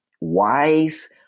wise